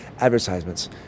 advertisements